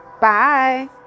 Bye